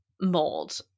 mold